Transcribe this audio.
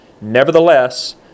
Nevertheless